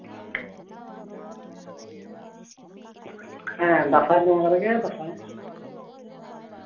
ᱦᱮᱸ ᱫᱟᱸᱥᱟᱭ ᱵᱚᱸᱜᱟ ᱨᱮᱜᱮ ᱫᱟᱸᱥᱟᱭ